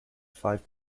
five